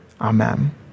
Amen